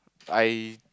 I